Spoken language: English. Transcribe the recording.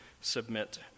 submit